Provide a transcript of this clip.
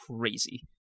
crazy